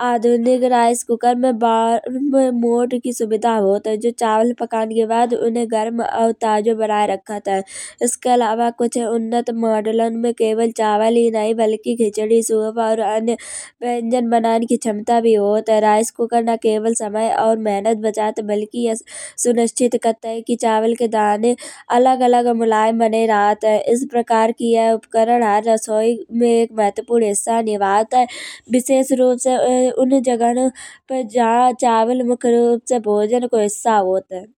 आधुनिक rice cooker में बर्मोष्ट की सुविधा होत है। जो चावल पकान के बाद उन्हे गर्म और ताज़ो बनाए राखत है। इसके अलावा कुछ उन्नत मॉडलन में केवल चावल ही नहीं बल्कि खिचड़ी सूप और अन्या व्यंजन बनान की क्षमता भी होत है। राइस कूकर ना केवल समय और मेहनत बचत बल्कि ये सुनिश्चित करत है कि चावल के दाने अलग अलग मुलायम बने रहत है। इस प्रकार की ये उपकरण हर रसोई में एक महत्वपूर्ण हिस्सा निभात है। विशेष रूप से उन जगहन पे जहाँ चावल मुख्य रूप से भोजन को हिस्सा होत है।